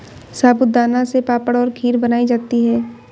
साबूदाना से पापड़ और खीर बनाई जाती है